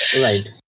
Right